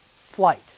flight